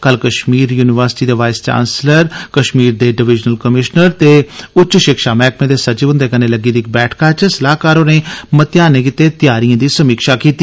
कल कश्मीर यूनिवर्सिटी दे vice chancellor Kashmir दे डिविज़नल कमिशनर ते उच्च शिक्षा मैहकमे दे सचिव हुंदे कन्नै लग्गी दी बैठका च सलाहकार होरें मतेयानें गितै त्यारिएं दी समीक्षा कीती